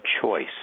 choice